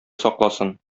сакласын